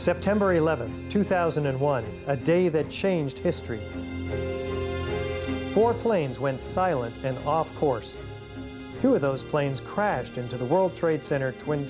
september eleventh two thousand and one a day that changed history for planes went silent and off course through those planes crashed into the world trade center